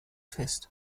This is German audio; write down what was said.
fest